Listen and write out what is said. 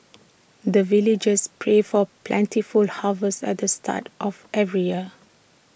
the villagers pray for plentiful harvest at the start of every year